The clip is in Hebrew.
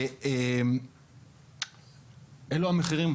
אלו המחירים.